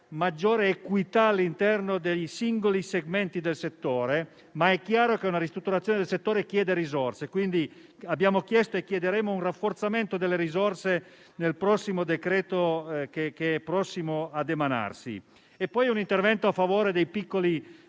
maggiore equità all'interno dei singoli segmenti del settore, ma è chiaro che una ristrutturazione del settore chiede risorse. Quindi, abbiamo chiesto e chiederemo un rafforzamento delle risorse nel decreto-legge che è prossimo ad emanarsi. È necessario poi un intervento a favore dei piccoli